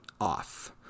off